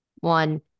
One